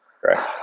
correct